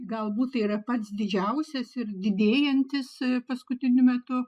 galbūt yra pats didžiausias ir didėjantis paskutiniu metu